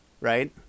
right